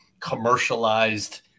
commercialized